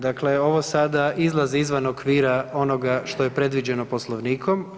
Dakle, ovo sada izlazi izvan okvira onoga što je predviđeno Poslovnikom.